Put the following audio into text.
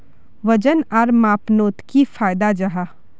वजन आर मापनोत की फायदा जाहा?